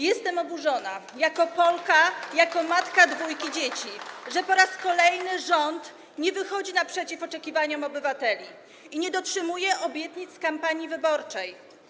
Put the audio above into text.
Jestem oburzona jako Polka, jako matka dwójki dzieci, że po raz kolejny rząd nie wychodzi naprzeciw oczekiwaniom obywateli ani nie dotrzymuje obietnic z kampanii wyborczej.